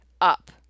up